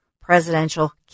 presidential